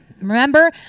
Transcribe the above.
Remember